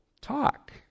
talk